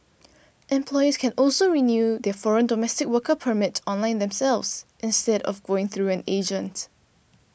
employers can also renew their foreign domestic worker permits online themselves instead of going through an agent